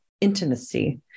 intimacy